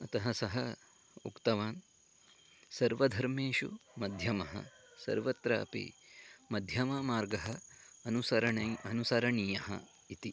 अतः सः उक्तवान् सर्वधर्मेषु मध्यमः सर्वत्रापि मध्यममार्गः अनुसरणीयः अनुसरणीयः इति